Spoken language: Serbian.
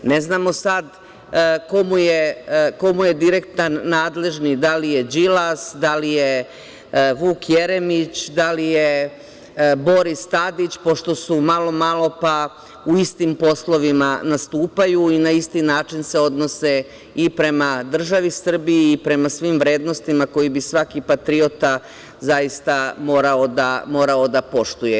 Ne znamo sad ko mu je direktan nadležni, da li je Đilas, da li je Vuk Jeremić, da li je Boris Tadić, pošto malo-malo pa u istim poslovima nastupaju i na isti način se odnose i prema državi Srbiji i prema svim vrednostima koje bi svaki patriota zaista morao da poštuje.